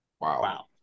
Wow